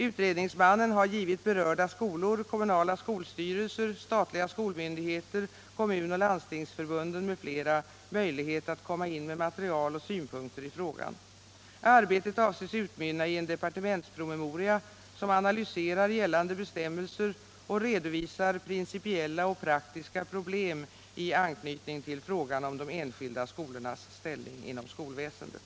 Utredningsmannen har givit be rörda skolor, kommunala skolstyrelser, statliga skolmyndigheter, kommunoch landstingsförbunden m.fl. möjlighet att komma in med material och synpunkter i frågan. Arbetet avses utmynna i en departementspromemoria som analyserar gällande bestämmelser och redovisar principiella och praktiska problem i anknytning till frågan om de enskilda skolornas ställning inom skolväsendet.